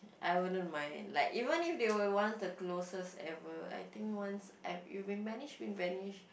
I wouldn't mind like even if they were once the closest ever I think once you have been banish been banish